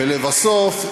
ולבסוף,